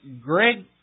Greg